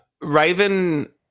Raven